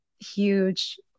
huge